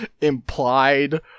implied